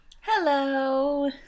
Hello